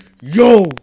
yo